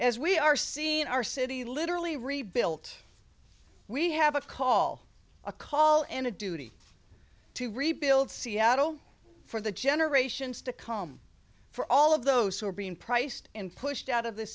as we are seeing our city literally rebuilt we have a call a call and a duty to rebuild seattle for the generations to come for all of those who are being priced and pushed out of the